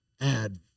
add